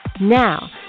Now